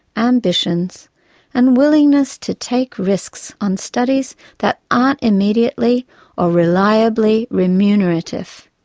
ambitions and willingness to take risks on studies that aren't immediately or reliably remunerative,